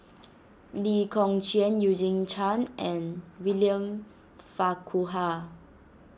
Lee Kong Chian Eugene Chen and William Farquhar